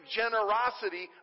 generosity